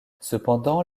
cependant